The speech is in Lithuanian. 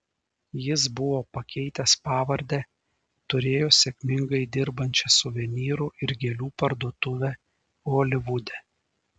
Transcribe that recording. jis buvo pakeitęs pavardę turėjo sėkmingai dirbančią suvenyrų ir gėlių parduotuvę holivude